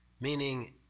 meaning